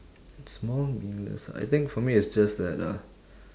small meaningless I think for me it's just that uh